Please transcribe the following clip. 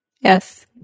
Yes